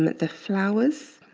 the flowers